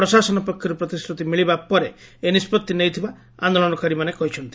ପ୍ରଶାସନ ପକ୍ଷରୁ ପ୍ରତିଶ୍ରତି ମିଳିବା ପରେ ଏହି ନିଷ୍ବଭି ନେଇଥିବା ଆନ୍ଦୋଳନକାରୀମାନେ କହିଛନ୍ତି